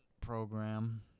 program